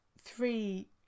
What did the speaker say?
three